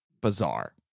bizarre